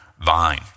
vine